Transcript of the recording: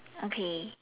okay